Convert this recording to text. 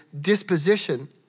disposition